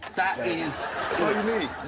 that is it.